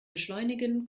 beschleunigen